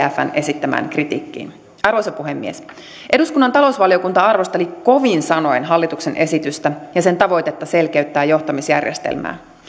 wwfn esittämään kritiikkiin arvoisa puhemies eduskunnan talousvaliokunta arvosteli kovin sanoin hallituksen esitystä ja sen tavoitetta selkeyttää johtamisjärjestelmää